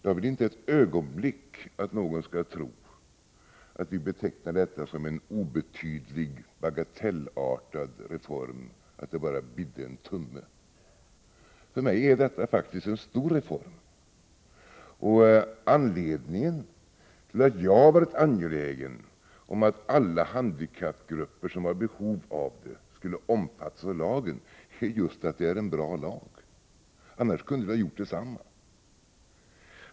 Jag vill inte ett ögonblick att någon skall tro att vi betecknar detta som en obetydlig, bagatellartad reform — att det bara bidde en tumme. För mig är detta faktiskt en stor reform. Anledningen till att jag har varit angelägen att alla handikappgrupper som har behov av det skulle omfattas av lagen är just att det är en bra lag. Annars kunde det just ha gjort detsamma.